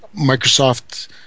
Microsoft